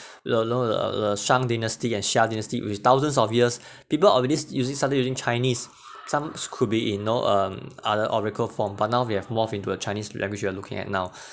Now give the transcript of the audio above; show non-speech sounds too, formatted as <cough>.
no no the the shang dynasty and xia dynasty which is thousands of years people already using starting using chinese some s~ could be you know um other oracle form but now we have morphed into a chinese language you are looking at now <breath>